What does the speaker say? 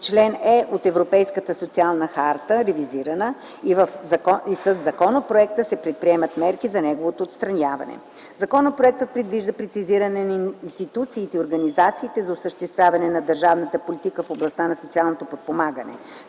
чл. Е от Европейската социална харта (ревизирана) и със законопроекта се предприемат мерки за неговото отстраняване. Законопроектът предвижда прецизиране на институциите и организациите за осъществяване на държавната политика в областта на социалното подпомагане.